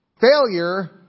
Failure